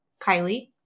Kylie